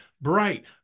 bright